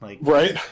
right